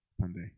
Sunday